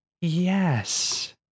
Yes